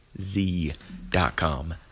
Z.com